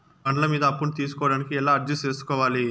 బండ్ల మీద అప్పును తీసుకోడానికి ఎలా అర్జీ సేసుకోవాలి?